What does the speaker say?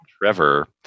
Trevor